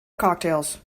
cocktails